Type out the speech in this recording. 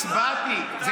הצבעתי בעד.